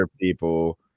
people